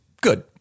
good